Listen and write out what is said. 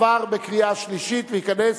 (תיקון) עברה בקריאה שלישית ותיכנס